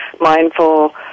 mindful